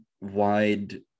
wide